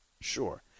Sure